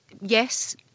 Yes